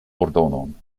ordonon